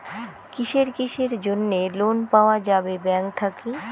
কিসের কিসের জন্যে লোন পাওয়া যাবে ব্যাংক থাকি?